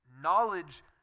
knowledge